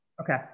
Okay